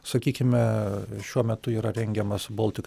sakykime šiuo metu yra rengiamas baltic